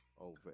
over